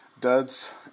duds